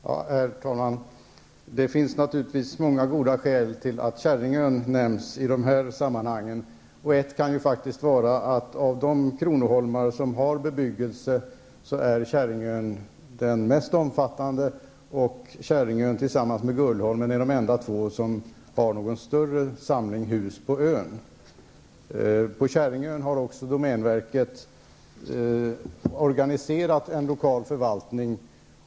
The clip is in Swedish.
Herr talman! Det finns naturligtvis många goda skäl till att Kärringön nämns i dessa sammanhang. Ett kan faktiskt vara att av de kronoholmar som har bebyggelse är Kärringön den mest omfattande. Kärringön och Gullholmen är de enda två kronoholmar som har någon större samling hus. På Kärringön har domänverket också organiserat en lokal förvaltning.